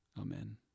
amen